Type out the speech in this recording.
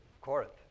Corinth